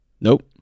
Nope